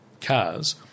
cars